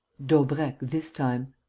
daubrecq, this time,